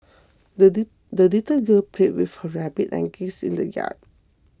the the little girl played with her rabbit and geese in the yard